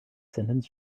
sentence